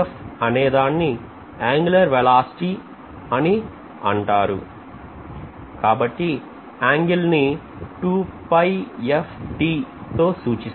అనేదాన్ని angular velocity అని అంటారు కాబట్టి ఏంగిల్ ని తో సూచిస్తాం